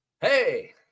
hey